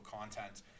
content